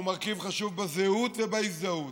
הוא מרכיב חשוב בזהות ובהזדהות,